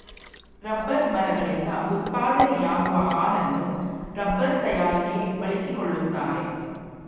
rubber ಮರಗಳಿಂದ ಉತ್ಪಾದನೆಯಾಗುವ ಹಾಲನ್ನು ರಬ್ಬರ್ ತಯಾರಿಕೆ ಬಳಸಿಕೊಳ್ಳುತ್ತಾರೆ